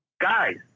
Guys